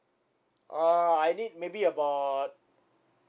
uh I need maybe about